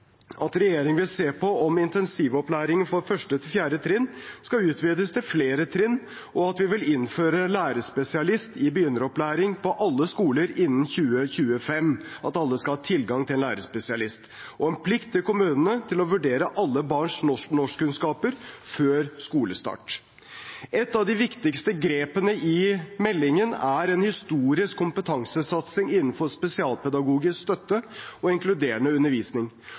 at regjeringen vil se på om intensivopplæringen for 1.–4. trinn skal utvides til flere trinn, og at vi vil innføre lærerspesialist i begynneropplæring på alle skoler innen 2025 – at alle skal ha tilgang til en lærerspesialist – og en plikt til kommunene til å vurdere alle barns norskkunnskaper før skolestart. Et av de viktigste grepene i meldingen er en historisk kompetansesatsing innenfor spesialpedagogisk støtte og inkluderende undervisning.